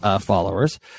followers